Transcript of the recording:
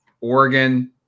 Oregon